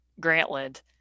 Grantland